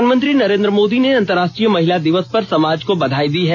प्रधानमंत्री नरेंद्र मोदी ने अंतरराष्ट्रीय महिला दिवस पर समाज को बधाई दी है